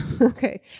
Okay